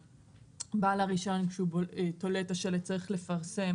שכשבעל רישיון תולה את השלט צריך לפרסם